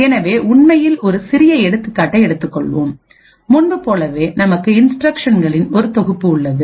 எனவே உண்மையில் ஒரு சிறிய எடுத்துக்காட்டை எடுத்துக்கொள்வோம் முன்பு போலவேநமக்கு இன்ஸ்டிரக்ஷன்களின் ஒரு தொகுப்பு உள்ளன